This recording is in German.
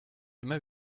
immer